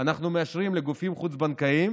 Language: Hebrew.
אנחנו מאשרים לגופים חוץ-בנקאיים